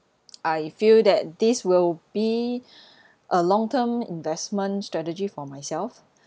I feel that this will be a long term investment strategy for myself